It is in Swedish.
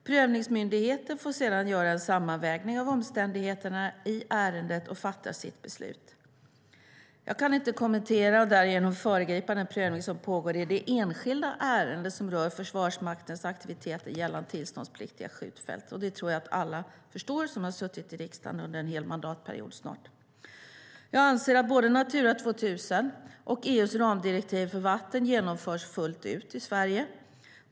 Prövningsmyndigheten gör sedan en sammanvägning av omständigheterna i ärendet och fattar sitt beslut. Jag kan inte kommentera och därigenom föregripa den prövning som pågår i det enskilda ärende som rör Försvarsmaktens aktiviteter gällande tillståndspliktiga skjutfält. Det tror jag att alla som har suttit i riksdagen under snart en hel mandatperiod förstår. Jag anser att både Natura 2000 och EU:s ramdirektiv för vatten genomförs fullt ut i Sverige.